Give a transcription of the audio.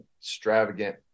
extravagant